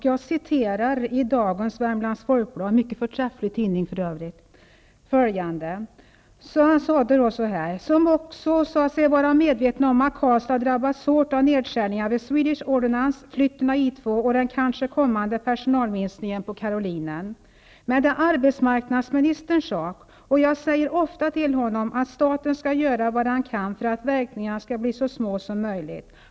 Jag citerar ur dagens nummer av Värmlands Folkblad -- för övrigt en förträfflig tidning: ''Som också sa sig vara medveten om att Karlstad drabbas hårt av nedskärningarna vid Swedish - Men det är arbetsmarknadsministerns sak, och jag säger ofta till honom att staten ska göra vad den kan för att verkningarna ska bli så små som möjligt.